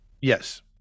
Yes